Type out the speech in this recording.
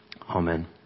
Amen